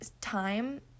time